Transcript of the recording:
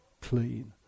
clean